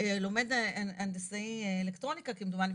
לומד הנדסאי אלקטרוניקה כמדומני.